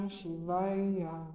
Shivaya